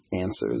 answers